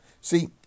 See